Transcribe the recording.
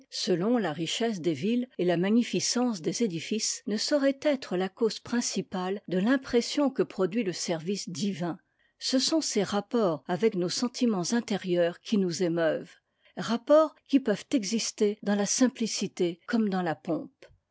selon la richesse des villes et la magnificence des édifices ne sauraient être la cause principale de l'impression que produit le service divin ce sont ses rapports avec nos sentiments intérieurs qui nous émeuvent rapports qui peuvent exister dans la simplicité comme dans la pompe